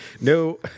no